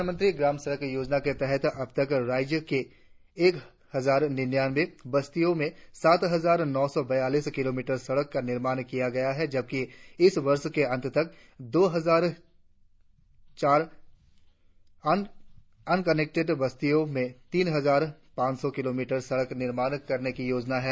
प्रधानमंत्री ग्राम सड़क योजना के तहत अब तक राज्य के एक हजार निन्यानवें बस्तियों में सात हजार नौ सौ बयालीस किलोमीटर सड़क का निर्माण किया गया है जबकि इस वर्ष के अंत तक दो सौ चार अनकानेक्टेड बस्तियों में तीन हजार पांच सौ किलोमीटर सड़क निर्माण करने की योजना है